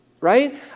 right